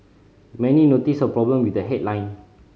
many noticed a problem with the headline